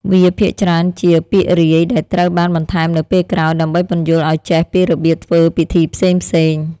វាភាគច្រើនជា ពាក្យរាយ ដែលត្រូវបានបន្ថែមនៅពេលក្រោយ ដើម្បីពន្យល់ឱ្យចេះពីរបៀបធ្វើពិធីផ្សេងៗ។